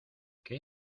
qué